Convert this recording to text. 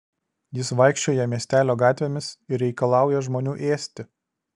jis vaikščioja miestelio gatvėmis ir reikalauja žmonių ėsti